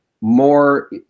more